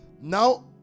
Now